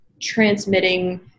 transmitting